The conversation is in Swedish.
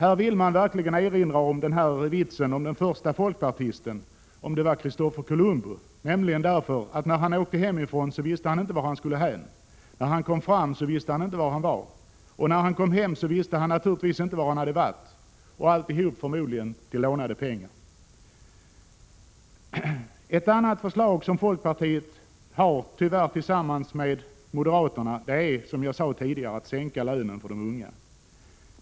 Här vill man erinra om vitsen att den förste folkpartisten var Kristofer Columbus — när han åkte hemifrån visste han inte vart han skulle hän, när han kom fram visste han inte var han var, när han kom hem visste han naturligtvis inte var han hade varit, och alltihop förmodligen för lånade pengar. Ett annat förslag som folkpartiet har, tyvärr tillsammans med moderaterna, är att sänka lönerna för de unga.